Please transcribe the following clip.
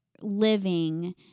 living